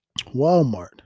Walmart